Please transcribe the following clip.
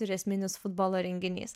ir esminis futbolo renginys